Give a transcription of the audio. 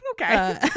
Okay